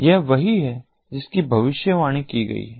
यह वही है जिसकी भविष्यवाणी की गई है